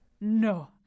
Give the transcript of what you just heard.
No